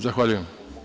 Zahvaljujem.